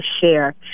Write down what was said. share